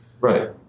Right